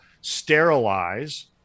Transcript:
sterilize